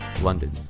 London